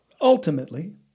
Ultimately